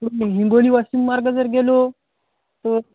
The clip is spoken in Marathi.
हिंगोली वाशिम मार्ग जर गेलो तर